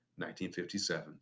1957